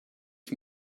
ich